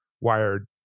wired